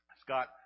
Scott